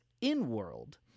in-world